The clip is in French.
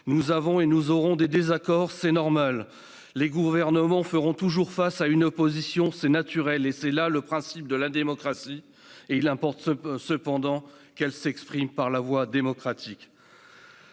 Nous avons et nous aurons des désaccords : c'est normal. Les gouvernements feront toujours face à une opposition : c'est naturel et c'est là le principe de la démocratie. Il importe cependant que cette opposition s'exprime par la voie démocratique.